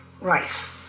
right